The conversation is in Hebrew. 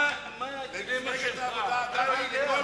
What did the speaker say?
עזבו את הדילמה של בגין-שמיר.